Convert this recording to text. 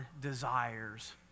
desires